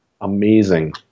amazing